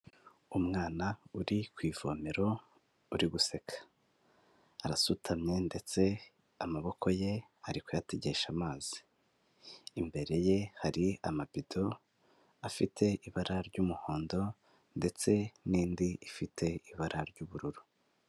Umwana uri ku ivomero uri guseka, arasutamye ndetse amaboko ye ari kuyategesha amazi, imbere ye hari amabido afite ibara ry'umuhondo ndetse n'indi ifite ibara ry'ubururu.